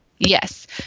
Yes